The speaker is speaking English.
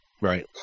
Right